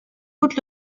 toute